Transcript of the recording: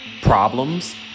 problems